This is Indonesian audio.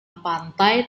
pantai